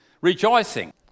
Rejoicing